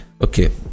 okay